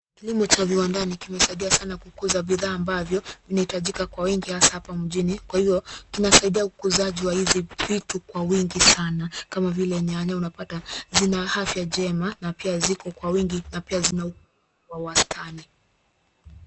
Kilimo cha viwandani kimesaidia sana kukuza bidhaa ambavyo, vinahitajika kwa wingi hasa hapa mjini, kwa hivyo, kinasaidia ukuzaji wa vitu, kwa vingi sana kama vile nyanya, unapata zina afya njema, na pia ziko kwa wingi, na pia zina ukubwa wa wastani.